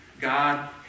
God